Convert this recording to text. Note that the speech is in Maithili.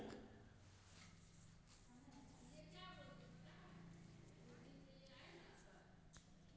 सुईया सँ लकए जहाज धरि आब ऑनलाइन भुगतान सँ भेटि जाइत